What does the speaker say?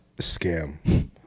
scam